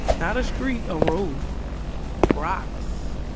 not a street, a road rocks